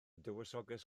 dywysoges